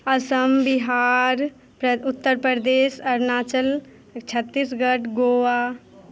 असम बिहार प्र उत्तर प्रदेश अरुणाचल छतीसगढ़ गोवा